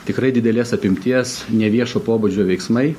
tikrai didelės apimties neviešo pobūdžio veiksmai